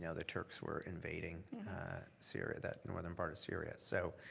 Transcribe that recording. you know the turks were invading syria that northern part of syria. so